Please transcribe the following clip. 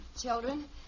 children